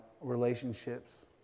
relationships